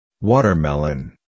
watermelon